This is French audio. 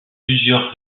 plusieurs